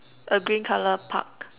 a green colour Park